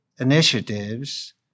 initiatives